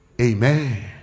Amen